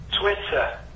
Twitter